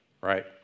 right